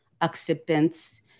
acceptance